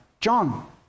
John